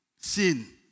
Sin